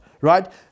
Right